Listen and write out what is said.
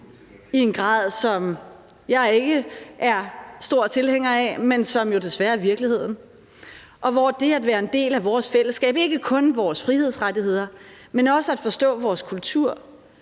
i en grad, som jeg ikke er stor tilhænger af, men som jo desværre er virkeligheden, og hvor det at være en del af vores fællesskab ikke kun handler om vores frihedsrettigheder, men også at forstå vores kultur,